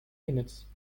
minutes